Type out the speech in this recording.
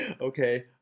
Okay